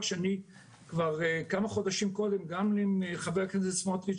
שאני כבר כמה חודשים קודם גם עם חבר הכנסת סמוטריץ'